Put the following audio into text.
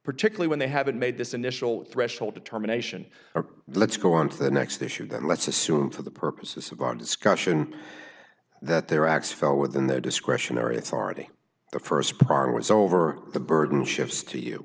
particularly when they haven't made this initial threshold determination or let's go on to the next issue that let's assume for the purposes of on discussion that their acts fell within their discretionary authority the st part was over the burden shifts to you